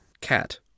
Cat